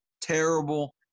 terrible